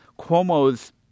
Cuomo's